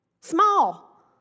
Small